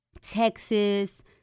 Texas